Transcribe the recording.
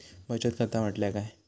बचत खाता म्हटल्या काय?